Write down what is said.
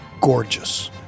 gorgeous